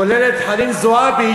כולל את חנין זועבי,